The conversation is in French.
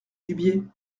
dubié